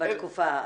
בתקופה האחרונה.